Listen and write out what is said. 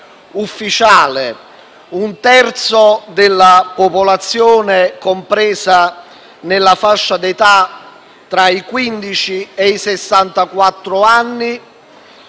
ufficiale: un terzo della popolazione compresa nella fascia di età tra i quindici e i